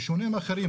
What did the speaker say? בשונה מהאחרים,